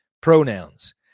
pronouns